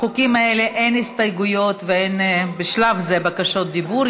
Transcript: בחוקים האלה אין הסתייגויות ואין בשלב זה בקשות דיבור.